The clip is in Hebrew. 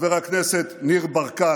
חבר הכנסת ניר ברקת,